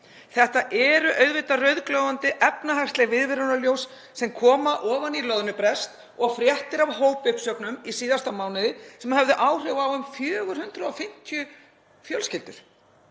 Þetta eru auðvitað rauðglóandi efnahagsleg viðvörunarljós sem koma ofan í loðnubrest og fréttir af hópuppsögnum í síðasta mánuði sem höfðu áhrif á um 450 fjölskyldur.